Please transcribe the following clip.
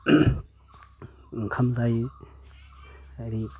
ओंखाम जायो